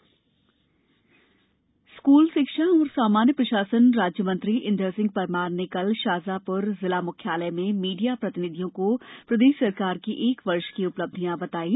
school शिक्षा school शिक्षा एवं सामान्य प्रशासन राज्यमंत्री इंदर सिंह परमार ने कल शाजापुर जिला मुख्यालय में मीडिया प्रतिनिधियों को प्रदेश सरकार की एक वर्ष की उपलब्धियां बतायी